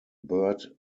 bird